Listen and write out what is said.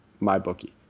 MyBookie